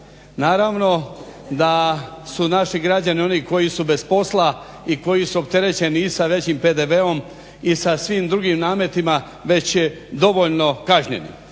Naravno da su naši građani oni koji su bez posla i koji su opterećeni i sa većim PDV-om i sa svim drugim nametima već je dovoljno kažnjen